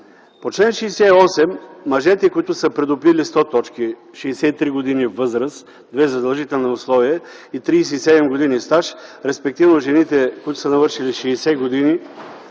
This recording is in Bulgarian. По чл. 68 мъжете, които са придобили 100 точки, 63 години възраст – две задължителни условия, и 37 години стаж, респективно жените, които са навършили 60 години